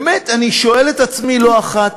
באמת, אני שואל את עצמי לא אחת: